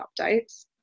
updates